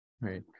Right